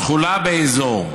"תחולה באזור,